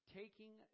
taking